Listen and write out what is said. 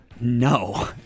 No